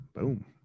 boom